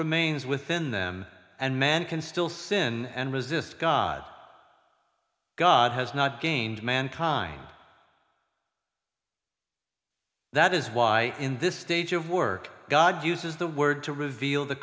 remains within them and man can still sin and resist god god has not gained mankind that is why in this stage of work god uses the word to reveal the